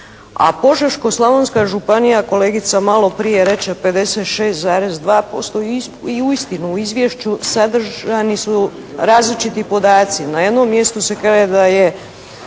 a Požeško-slavonska županija kolegica malo prije reče 56,2% i uistinu u izvješću sadržani su različiti podaci. Na jednom mjestu se kaže da je